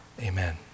Amen